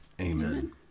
Amen